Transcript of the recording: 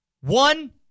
One